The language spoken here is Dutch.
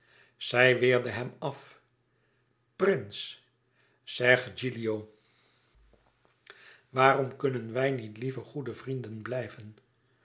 zij weerde hem af prins zeg gilio waarom kunnen wij niet liever goede vrienden blijven